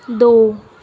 ਦੋ